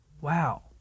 Wow